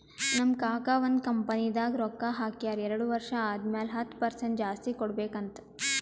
ನಮ್ ಕಾಕಾ ಒಂದ್ ಕಂಪನಿದಾಗ್ ರೊಕ್ಕಾ ಹಾಕ್ಯಾರ್ ಎರಡು ವರ್ಷ ಆದಮ್ಯಾಲ ಹತ್ತ್ ಪರ್ಸೆಂಟ್ ಜಾಸ್ತಿ ಕೊಡ್ಬೇಕ್ ಅಂತ್